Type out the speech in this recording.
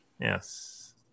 Yes